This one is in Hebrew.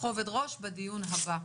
בכובד ראש בדיון הבא.